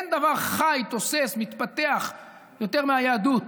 אין דבר חי, תוסס, מתפתח, יותר מהיהדות,